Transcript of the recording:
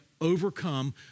overcome